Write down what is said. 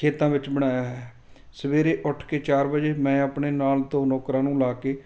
ਖੇਤਾਂ ਵਿੱਚ ਬਣਾਇਆ ਹੈ ਸਵੇਰੇ ਉੱਠ ਕੇ ਚਾਰ ਵਜੇ ਮੈਂ ਆਪਣੇ ਨਾਲ ਦੋ ਨੌਕਰਾਂ ਨੂੰ ਲਾ ਕੇ